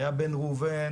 היה בן ראובן,